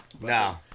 no